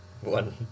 one